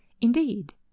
Indeed